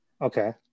Okay